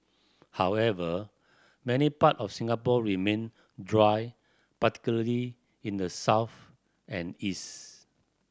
however many part of Singapore remain dry particularly in the south and east